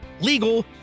legal